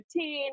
15